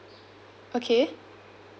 okay